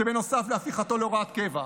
שבנוסף להפיכתו להוראת קבע,